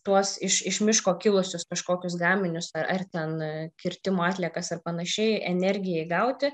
tuos iš iš miško kilusius kažkokius gaminius ar ten kirtimo atliekas ir panašiai energijai gauti